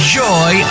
joy